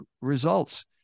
results